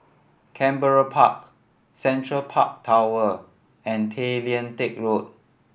Canberra Park Central Park Tower and Tay Lian Teck Road